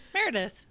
Meredith